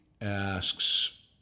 asks